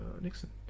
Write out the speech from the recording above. Nixon